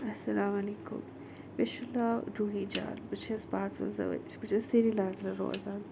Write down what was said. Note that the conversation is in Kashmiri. اَسلامُ علیکُم مےٚ چھُ ناو روٗہی جان بہٕ چھَس پانٛژھ وَنٛزاہ ؤرِش بہٕ چھَس سریٖنگرٕ روزان